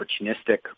opportunistic